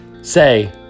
say